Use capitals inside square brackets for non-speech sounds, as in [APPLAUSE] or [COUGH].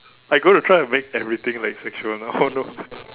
are you going to try to make everything like sexual now no [LAUGHS]